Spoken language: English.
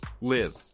live